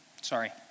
sorry